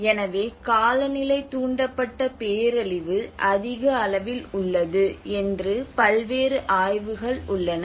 எனவே காலநிலை தூண்டப்பட்ட பேரழிவு அதிக அளவில் உள்ளது என்று பல்வேறு ஆய்வுகள் உள்ளன